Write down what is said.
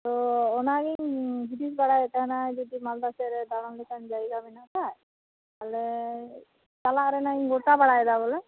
ᱚ ᱚᱱᱟᱜᱤᱧ ᱦᱩᱫᱤᱥ ᱵᱟᱲᱟᱭᱮᱫ ᱛᱟᱦᱮᱱᱟ ᱡᱩᱫᱤ ᱢᱟᱞᱫᱟ ᱥᱮᱫ ᱨᱮ ᱫᱟᱲᱟᱱ ᱞᱮᱠᱟ ᱡᱟᱭᱜᱟ ᱢᱮᱱᱟᱜ ᱠᱷᱟᱱ ᱛᱟᱦᱚᱞᱮ ᱪᱟᱞᱟᱜ ᱨᱮᱭᱟᱜ ᱤᱧ ᱜᱚᱴᱟ ᱵᱟᱲᱟᱭᱮᱫᱟ ᱵᱚᱞᱮ